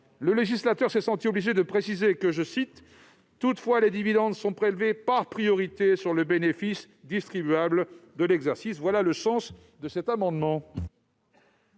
le législateur s'est senti obligé de préciser :« Toutefois, les dividendes sont prélevés par priorité sur le bénéfice distribuable de l'exercice. » Tel est le sens de cet amendement.